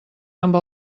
amb